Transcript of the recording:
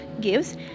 Gives